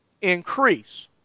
Increase